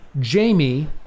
Jamie